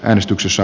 äänestyksessä